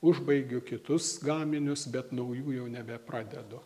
užbaigiu kitus gaminius bet naujų jau nebepradedu